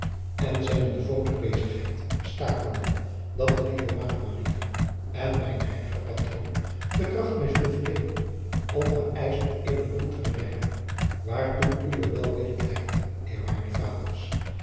en zijne devote bezigheid stakende dat de lieve maagd maria en mijn heilige patroon de kracht mij zullen verleenen om naar eisch het heerlijk doel te bereiken waartoe uwe welwillendheid eerwaarde vaders